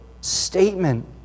statement